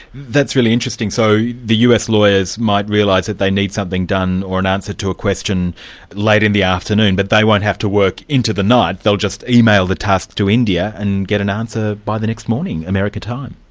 that's really interesting. so yeah the us lawyers might realise that they need something done, or an answer to a question late in the afternoon, but they won't have to work into the night, they'll just email the task to india and get an answer by the next morning, american time.